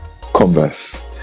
converse